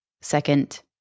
second